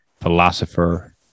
philosopher